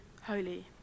holy